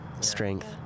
strength